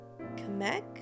Kamek